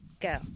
go